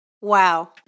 Wow